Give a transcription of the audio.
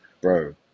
bro